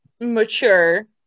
mature